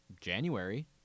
January